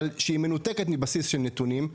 אבל שהיא מנותקת מבסיס של נתונים,